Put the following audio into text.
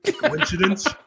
Coincidence